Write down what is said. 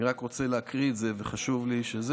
אני רק רוצה להקריא, זה חשוב לי.